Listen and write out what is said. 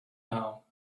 now